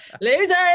losers